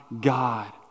God